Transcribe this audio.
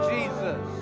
Jesus